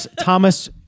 Thomas